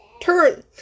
Turn